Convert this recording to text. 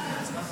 הוראת שעה,